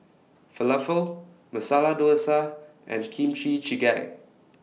Falafel Masala Dosa and Kimchi Jjigae